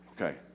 Okay